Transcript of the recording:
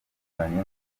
twemerewe